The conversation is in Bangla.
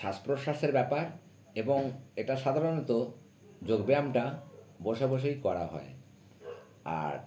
শ্বাস প্রশ্বাসের ব্যাপার এবং এটা সাধারণত যোগ ব্যায়ামটা বসে বসেই করা হয় আর